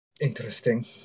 interesting